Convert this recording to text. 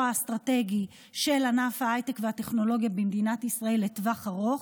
האסטרטגי של ענף ההייטק והטכנולוגיה במדינת ישראל לטווח ארוך,